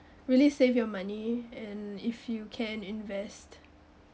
really save your money and if you can invest